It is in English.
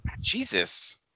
Jesus